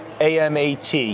AMAT